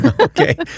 Okay